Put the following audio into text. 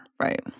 right